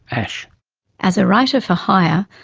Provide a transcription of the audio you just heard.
as as a writer for hire,